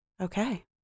okay